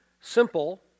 simple